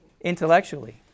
Intellectually